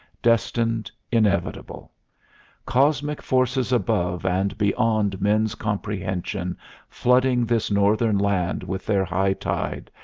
destined, inevitable cosmic forces above and beyond men's comprehension flooding this northern land with their high tide,